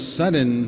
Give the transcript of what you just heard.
sudden